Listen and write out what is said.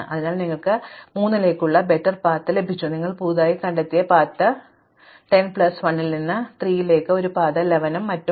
അതിനാൽ നിങ്ങൾക്ക് 3 ലേക്ക് മികച്ച പാത ലഭിച്ചു ഞങ്ങൾ പുതിയതായി കണ്ടെത്തി പാത്ത് കാരണം 10 പ്ലസ് 1 ൽ നിന്ന് 3 ലേക്ക് ഒരു പാത 11 ഉം മറ്റും